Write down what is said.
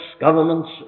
governments